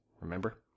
Remember